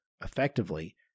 effectively